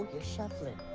you're shuffling.